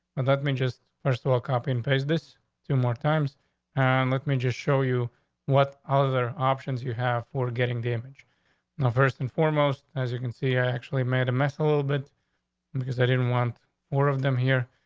and let me just first of all, copy and paste this two more times and let me just show you what other options you have for getting damaged. my first and foremost as you can see, i actually made a mess a little bit and because i didn't want more of them here.